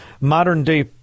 modern-day